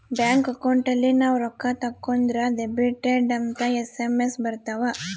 bank account ಅಲ್ಲಿ ನಾವ್ ರೊಕ್ಕ ತಕ್ಕೊಂದ್ರ ಡೆಬಿಟೆಡ್ ಅಂತ ಎಸ್.ಎಮ್.ಎಸ್ ಬರತವ